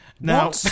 Now